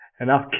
enough